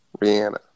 Rihanna